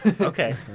okay